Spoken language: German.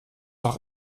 auch